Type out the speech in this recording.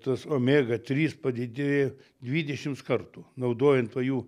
tas omega trys padidėja dvidešims kartų naudojant to jų